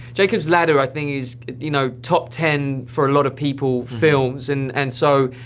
jacob's ladder, i think, is you know top ten, for a lot of people, films, and and so,